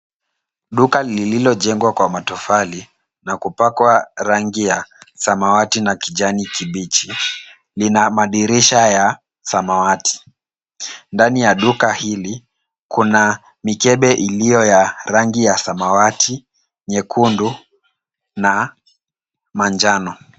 Duka lililojengwa kwa matofali na kupakwa rangi ya samawati na kijani kibichi, lina madirisha ya samawati. Ndani ya duka hili, kuna mikebe iliyo ya rangi ya samawati, nyekundu na manjano.